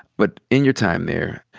but in your time there,